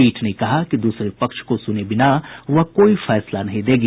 पीठ ने कहा कि दूसरे पक्ष को सुने बिना वह कोई फैसला नहीं देगी